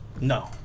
No